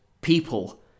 people